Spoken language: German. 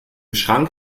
schrank